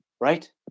right